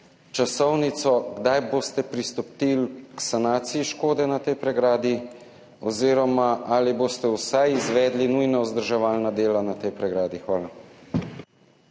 časovnico. Kdaj boste pristopili k sanaciji škode na tej pregradi? Ali boste izvedli vsaj nujna vzdrževalna dela na tej pregradi? Hvala.